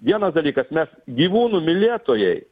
vienas dalykas mes gyvūnų mylėtojai